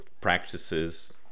practices